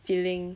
filling